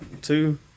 two